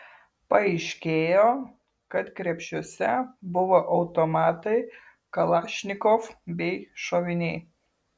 paaiškėjo kad krepšiuose buvo automatai kalašnikov bei šoviniai